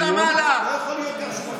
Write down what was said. תן לי עוד משפט,